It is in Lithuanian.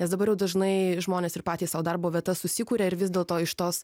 nes dabar jau dažnai žmonės ir patys sau darbo vietas susikuria ir vis dėl to iš tos